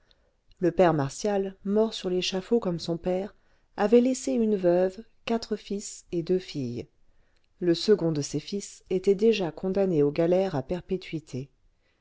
le père martial mort sur l'échafaud comme son père avait laissé une veuve quatre fils et deux filles le second de ces fils était déjà condamné aux galères à perpétuité